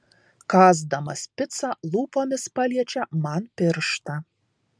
kąsdamas picą lūpomis paliečia man pirštą